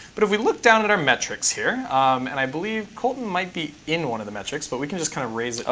but if we look down at our metrics here um and i believe colton might be in one of the metrics, but we can just kind of raise it up.